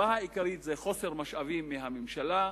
היא חוסר משאבים מהממשלה,